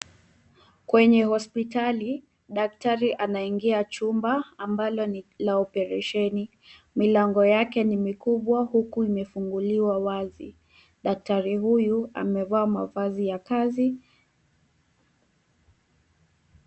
Kwenye hospitali, daktari anaingia chumba ambalo ni la operesheni. Milango yake ni mikubwa huku imefunguliwa wazi. Daktari hutu amevaa mavazi ya kazi.